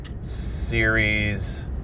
Series